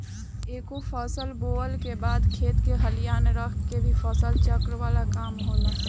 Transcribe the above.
एगो फसल बोअला के बाद खेत के खाली रख के भी फसल चक्र वाला काम होला